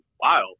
wow